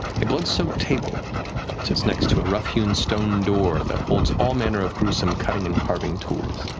a blood-soaked table sits next to a rough hewn stone door that holds all manner of gruesome cutting and carving tools.